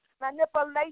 Manipulation